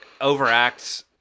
overacts